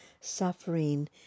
suffering